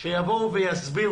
שאז יבואו ויסבירו.